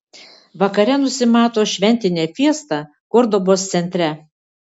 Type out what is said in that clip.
vakare nusimato šventinė fiesta kordobos centre